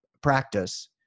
practice